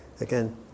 Again